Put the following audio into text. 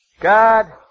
God